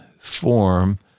form